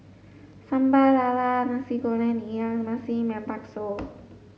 Sambal Lala Nasi Goreng Ikan Masin and Bakso